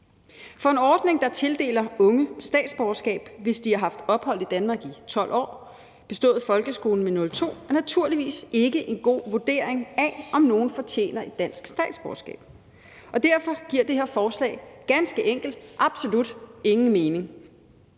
En ordning, der tildeler unge statsborgerskab, hvis de har haft ophold i Danmark i 12 år og bestået folkeskolen med 02, giver naturligvis ikke en god vurdering af, om nogen fortjener et dansk statsborgerskab. Og derfor giver det her forslag ganske enkelt absolut ingen mening.